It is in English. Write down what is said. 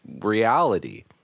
reality